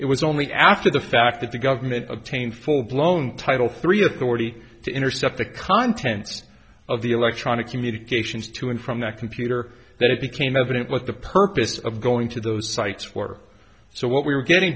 it was only after the fact that the government obtained full blown title three authority to intercept the content of the electronic communications to and from that computer that it became evident was the purpose of going on to those sites were so what we were getting